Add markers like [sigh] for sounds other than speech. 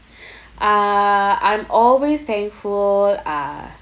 [breath] uh I'm always thankful uh